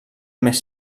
més